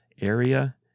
Area